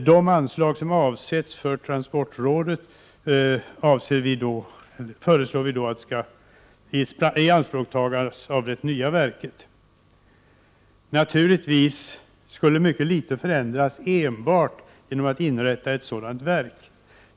De anslag som avsetts för transportrådet föreslår vi skall tas i anspråk av det nya verket. Naturligtvis skulle mycket litet förändras enbart genom att man inrättar ett sådant verk.